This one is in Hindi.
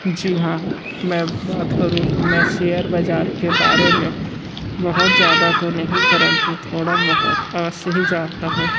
जी हाँ मैं बात करूँ तो मैं शेयर बाज़ार के बारे में बहुत ज़्यादा तो नहीं परंतु थोड़ा बहुत आज से ही जानता हूँ